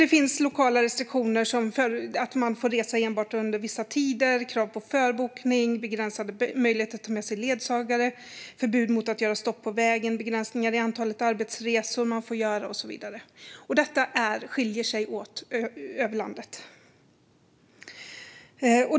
Det finns lokala restriktioner som innebär att man får resa enbart under vissa tider, krav på förbokning, begränsade möjligheter att ta med sig ledsagare, förbud mot att göra stopp på vägen, begränsningar i antalet arbetsresor man får göra och så vidare. Det skiljer sig alltså åt över landet.